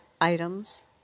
items